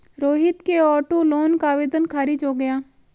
रोहित के auto loan का आवेदन खारिज हो गया